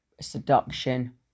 seduction